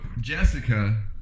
Jessica